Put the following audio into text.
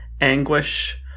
anguish